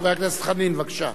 חבר הכנסת חנין, בבקשה.